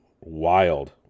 wild